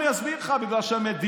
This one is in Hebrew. אני אסביר לך: בגלל שהמדינה,